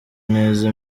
neza